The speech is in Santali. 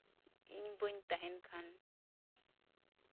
ᱤᱧ ᱵᱟᱹᱧ ᱛᱟᱸᱦᱮᱱ ᱠᱷᱟᱱ